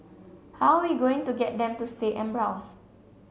how we going to get them to stay and browse